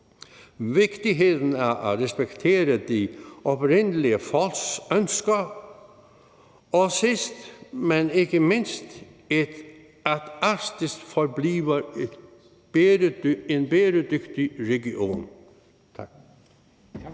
vigtigheden af at respektere de oprindelige folks ønsker og sidst, men ikke mindst, at Arktis forbliver en bæredygtig region. Tak.